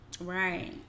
Right